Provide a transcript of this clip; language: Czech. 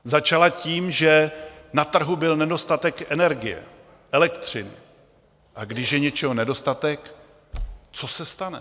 Začala tím, že na trhu byl nedostatek energie, elektřiny, a když je něčeho nedostatek, co se stane?